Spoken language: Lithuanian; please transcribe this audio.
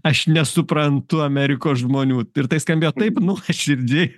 aš nesuprantu amerikos žmonių ir tai skambėjo taip nuoširdžiai